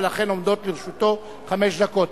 ולכן עומדות לרשותו חמש דקות.